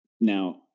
Now